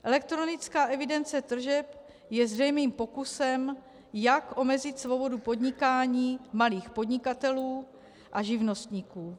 Elektronická evidence tržeb je zřejmým pokusem, jak omezit svobodu podnikání malých podnikatelů a živnostníků.